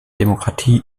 demokratie